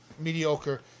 Mediocre